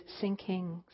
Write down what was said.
sinking